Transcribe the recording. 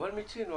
אבל מיצינו.